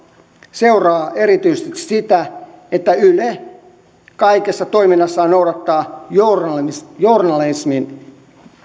seuraa erityisesti sitä että yle kaikessa toiminnassaan noudattaa journalismin journalismin